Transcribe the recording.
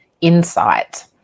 insight